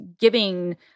giving